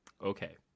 Okay